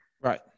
Right